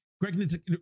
Greg